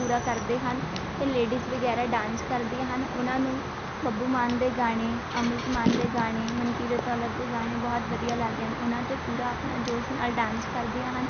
ਪੂਰਾ ਕਰਦੇ ਹਨ ਅਤੇ ਲੇਡੀਜ਼ ਵਗੈਰਾ ਡਾਂਸ ਕਰਦੀਆਂ ਹਨ ਉਹਨਾਂ ਨੂੰ ਬੱਬੂ ਮਾਨ ਦੇ ਗਾਣੇ ਅੰਮ੍ਰਿਤ ਮਾਨ ਦੇ ਗਾਣੇ ਮਨਕੀਰਤ ਔਲਖ ਦੇ ਗਾਣੇ ਬਹੁਤ ਵਧੀਆ ਲੱਗਦੇ ਹਨ ਉਹਨਾਂ 'ਤੇ ਪੂਰਾ ਆਪਣਾ ਜੋਸ਼ ਨਾਲ ਡਾਂਸ ਕਰਦੀਆਂ ਹਨ